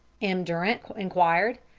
m. durant enquired.